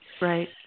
right